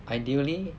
ideally